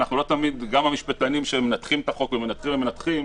גם המשפטנים שמנתחים את החוק ומנתחים ומנתחים,